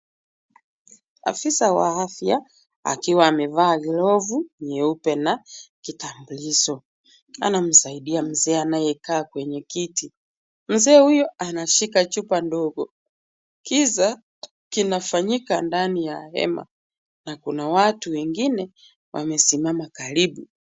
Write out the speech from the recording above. Afisa wa afya akiwa amevaa glovu nyeupe na kitambulisho, anamsaidia mzee anayekaa kwenye kiti. Mzee huyo anashika chupa ndogo. Kisa kinafanyika ndani ya hema na kuna watu wengine wamesimama karibu.